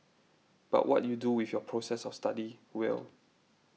but what you do with your process of study will